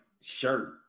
shirt